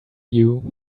you